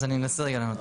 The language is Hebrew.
אז אני אנסה רגע לענות.